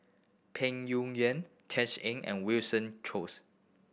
Peng Yuyun Tisa Ng and Winston Choos